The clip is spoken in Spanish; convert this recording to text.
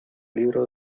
libro